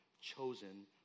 chosen